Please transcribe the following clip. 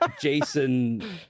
Jason